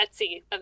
etsy